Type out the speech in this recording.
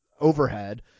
overhead